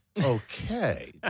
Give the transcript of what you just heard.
Okay